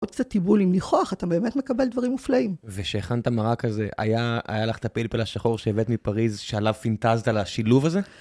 עוד קצת תיבול, עם ניחוח, אתה באמת מקבל דברים מופלאים. ושהכנת ת'מרק הזה, היה לך את הפלפל השחור שהבאת מפריז, שעליו פינטזת על השילוב הזה?